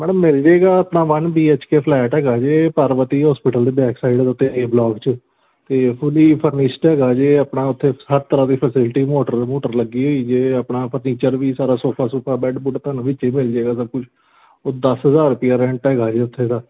madam ਮਿਲ ਜੇਗਾ ਆਪਣਾ one B H K flat ਹੈਗਾ ਜੇ ਪਾਰਵਤੀ ਹੋਸਪੀਟਲ ਦੇ ਬੈਕ ਸਾਈਡ ਉੱਤੇ ਏ ਬਲੋਕ 'ਚ ਅਤੇ ਫੁਲੀ ਫਰਨਿਸ਼ਡ ਹੈਗਾ ਜੇ ਆਪਣਾ ਉੱਥੇ ਹਰ ਤਰ੍ਹਾਂ ਦੀ ਫੈਸਿਲਿਟੀ ਮੋਟਰ ਮੂਟਰ ਲੱਗੀ ਹੋਈ ਜੇ ਆਪਣਾ ਫਰਨੀਚਰ ਵੀ ਸਾਰਾ ਸੋਫਾ ਸੂਫਾ ਬੈੱਡ ਬੁੱਡ ਤੁਹਾਨੂੰ ਵਿੱਚੇ ਮਿਲ ਜੇਗਾ ਸਭ ਕੁਛ ਉਹ ਦਸ ਹਜ਼ਾਰ ਰੁਪਈਆ ਰੈਂਟ ਹੈਗਾ ਜੀ ਉੱਥੇ ਦਾ